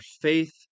faith